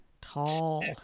Tall